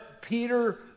Peter